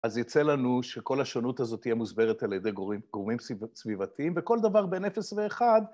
אז יצא לנו שכל השונות הזאת תהיה מוסברת על ידי גורמים סביבתיים, וכל דבר בין 0 ו-1.